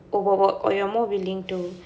overwork or you're more willing to